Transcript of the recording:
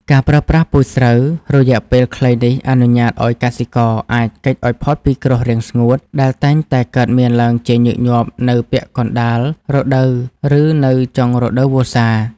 ការប្រើប្រាស់ពូជស្រូវរយៈពេលខ្លីនេះ អនុញ្ញាតឱ្យកសិករអាច គេច ឱ្យផុតពីគ្រោះរាំងស្ងួតដែលតែងតែកើតមានឡើងជាញឹកញាប់នៅពាក់កណ្តាលរដូវ ឬនៅចុងរដូវវស្សា។